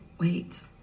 wait